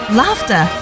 laughter